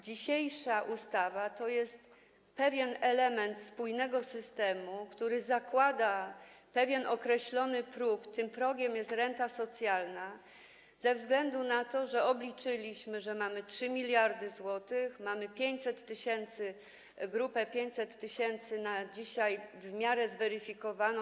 Dzisiejsza ustawa to jest pewien element spójnego systemu, który zakłada pewien określony próg, tym progiem jest renta socjalna, ze względu na to, że obliczyliśmy, że mamy 3 mld zł, mamy grupę 500 tys. na dzisiaj w miarę zweryfikowaną.